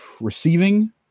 receiving